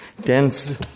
dense